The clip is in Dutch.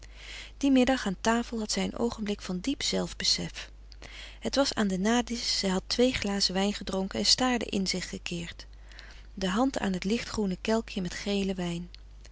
dien middag aan tafel had zij een oogenblik van diep zelf besef het was aan den na disch zij had twee glazen wijn gedronken en staarde in zich gekeerd de hand aan het licht groene kelkje met gelen wijn